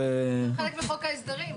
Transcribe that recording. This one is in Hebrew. זה בחוק ההסדרים.